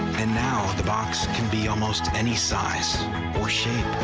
and now the box can be almost any size or shape.